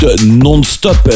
non-stop